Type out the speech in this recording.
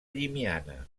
llimiana